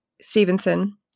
Stevenson